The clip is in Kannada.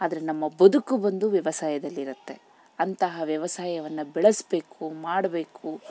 ಆದರೆ ನಮ್ಮ ಬದುಕು ಒಂದು ವ್ಯವಸಾಯದಲ್ಲಿರತ್ತೆ ಅಂತಹ ವ್ಯವಸಾಯವನ್ನು ಬೆಳೆಸ್ಬೇಕು ಮಾಡಬೇಕು